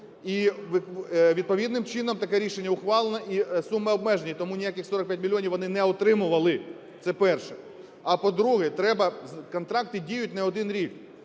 І відповідним чином таке рішення ухвалене і суми обмежені. Тому ніяких 45 мільйонів вони не отримували. Це перше. А, по-друге, треба… Контракти діють не один рік.